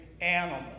animal